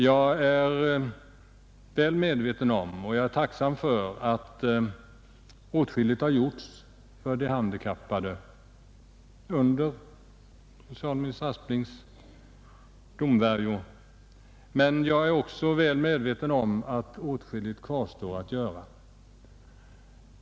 Jag är väl medveten om och tacksam för att åtskilligt har gjorts för de handikappade under socialminister Asplings tid i regeringen. Men åtskilligt återstår att göra.